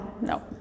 No